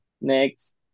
next